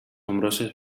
nombroses